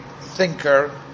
thinker